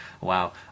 wow